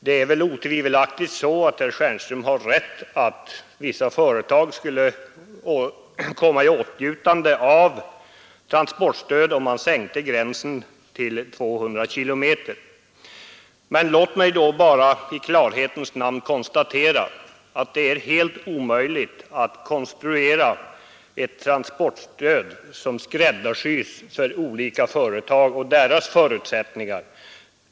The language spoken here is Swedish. Herr Stjernström har rätt i att vissa företag skulle komma i åtnjutande av transportstöd, om man sänkte till 200 km. I klarhetens namn vill jag emellertid konstatera att det är helt omöjligt att konstruera ett transportstöd som är skräddarsytt för olika företag och deras förutsättningar.